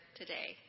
today